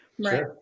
Right